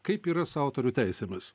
kaip yra su autorių teisėmis